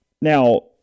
Now